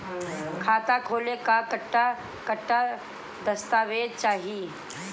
खाता खोले ला कट्ठा कट्ठा दस्तावेज चाहीं?